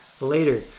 later